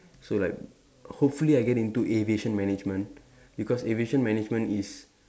so like hopefully I get into aviation management because aviation management is